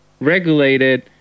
regulated